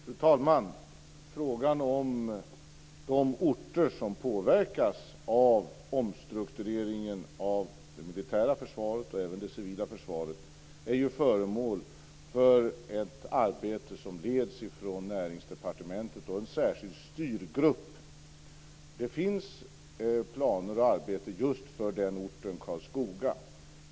Fru talman! Frågan om de orter som påverkas av omstruktureringen av det militära försvaret och även det civila försvaret är föremål för ett arbete som leds från Näringsdepartementet och en särskild styrgrupp. Det finns planer och arbete just för den orten, Karlskoga.